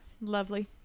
Lovely